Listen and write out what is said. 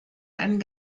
einen